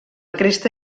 cresta